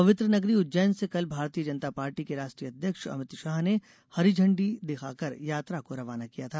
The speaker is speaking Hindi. पवित्र नगरी उज्जैन से कल भारतीय जनता पार्टी के राष्ट्रीय अध्यक्ष अमित शाह ने हरी झण्डी दिखाकर यात्रा को रवाना किया था